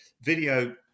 video